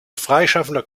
freischaffender